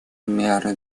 меры